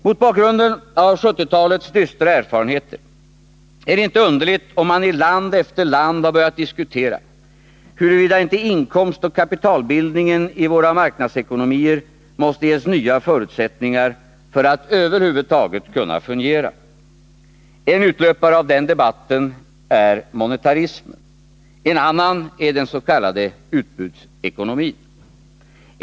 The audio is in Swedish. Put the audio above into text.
Mot bakgrund av 1970-talets dystra erfarenheter är det inte underligt om man i land efter land börjat diskutera huruvida inte inkomstoch kapitalbildningen i våra marknadsekonomier måste ges nya förutsättningar för att över huvud taget kunna fungera. En utlöpare av denna debatt är monetarismen. En annan är den s.k. utbudsekonomin.